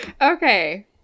Okay